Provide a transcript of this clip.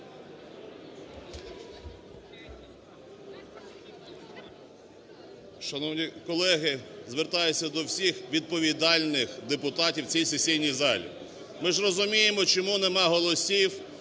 Шановні колеги, звертаюся до всіх відповідальних депутатів в цій сесійній залі. Ми ж розуміємо, чому нема голосів